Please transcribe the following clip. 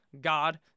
god